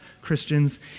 Christians